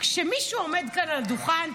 כשמישהו עומד כאן על הדוכן,